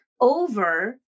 over